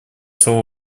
слово